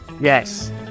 Yes